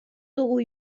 dugu